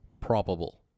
probable